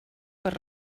per